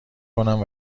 کنم